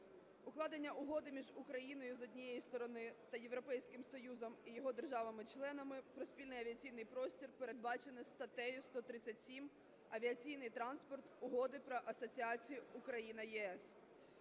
Укладення угоди між Україною, з однієї сторони, та Європейським Союзом і його державами-членами про спільний авіаційний простір передбачено статтею 137 "Авіаційний транспорт" Угоди про асоціацію Україна-ЄС.